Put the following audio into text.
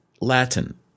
Latin